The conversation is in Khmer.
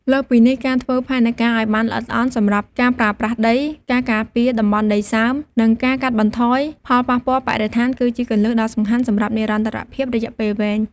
លើសពីនេះ ការធ្វើផែនការឱ្យបានល្អិតល្អន់សម្រាប់ការប្រើប្រាស់ដី ការការពារតំបន់ដីសើម និងការកាត់បន្ថយផលប៉ះពាល់បរិស្ថាន គឺជាគន្លឹះដ៏សំខាន់សម្រាប់និរន្តរភាពរយៈពេលវែង។